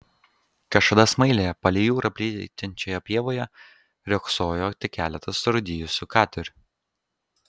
kažkada smailėje palei jūrą plytinčioje pievoje riogsojo tik keletas surūdijusių katerių